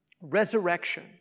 Resurrection